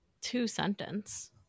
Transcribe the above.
Two-sentence